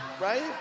Right